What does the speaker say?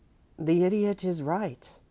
the idiot is right,